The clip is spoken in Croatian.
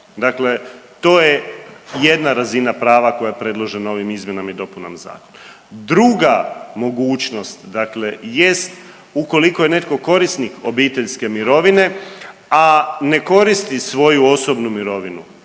dakle to je jedna razina prava koja je predložena ovim izmjenama i dopunama zakona. Druga mogućnost dakle jest ukoliko je netko korisnik obiteljske mirovine, a ne koristi svoju osobnu mirovinu,